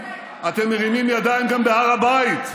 אתם מרימים ידיים גם בהר הבית,